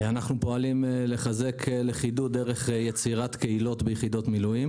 אנחנו פועלים לחזק לכידות דרך יצירת קהילות ביחידות מילואים